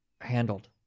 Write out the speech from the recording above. handled